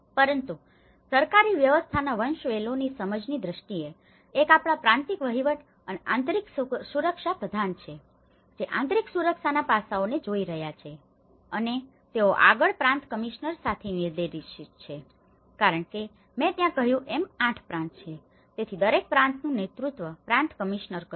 પરંતુ સરકારી વ્યવસ્થાના વંશવેલોની સમજની દ્રષ્ટિએ એક આપણા પ્રાંતિક વહીવટ અને આંતરિક સુરક્ષા પ્રધાન છે જે આંતરિક સુરક્ષાના પાસાઓને જોઈ રહ્યા છે અને તેઓ આગળ પ્રાંત કમિશનર સાથે નિર્દેશિત છે કારણ કે મેં ત્યાં કહ્યું તેમ 8 પ્રાંત છે તેથી દરેક પ્રાંતનું નેતૃત્વ પ્રાંત કમિશનર કરે છે